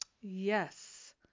Yes